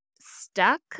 stuck